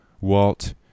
Walt